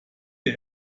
der